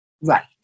Right